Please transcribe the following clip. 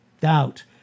Doubt